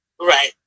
Right